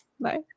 Bye